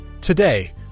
Today